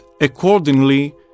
accordingly